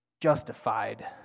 justified